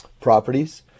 properties